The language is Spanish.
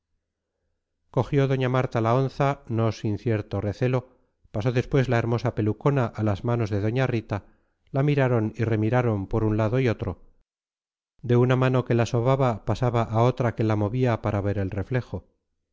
cogió doña marta la onza no sin cierto recelo pasó después la hermosa pelucona a las manos de doña rita la miraron y remiraron por un lado y otro de una mano que la sobaba pasaba a otra que la movía para ver el reflejo